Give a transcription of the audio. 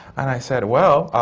and i said, well,